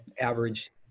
average